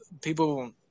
People